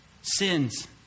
sins